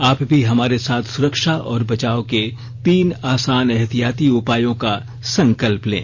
आप भी हमारे साथ सुरक्षा और बचाव के तीन आसान एहतियाती उपायों का संकल्प लें